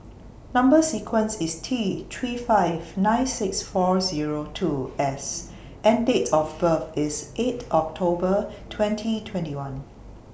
Number sequence IS T three five nine six four Zero two S and Date of birth IS eight October twenty twenty one